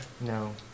no